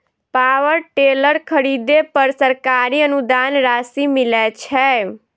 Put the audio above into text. Power tiller खरीदे पर सरकारी अनुदान राशि मिलय छैय?